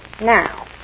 Now